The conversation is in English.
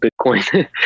Bitcoin